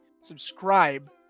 subscribe